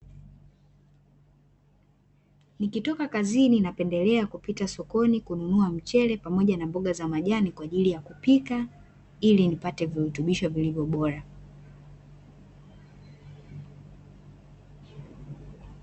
Nikitoka kazini napendelea kupita sokoni kununua mchele pamoja na moga za majani, kwa ajili ya kupika ili nipate virutubisho vilivyo bora.